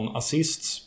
assists